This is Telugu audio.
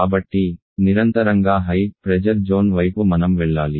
కాబట్టి నిరంతరంగా హై ప్రెజర్ జోన్ వైపు మనం వెళ్లాలి